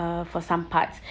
uh for some parts